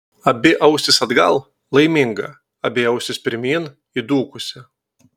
abi ausys atgal laiminga abi ausys pirmyn įdūkusi